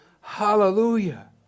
hallelujah